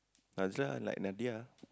Nazlah like Nadiah ah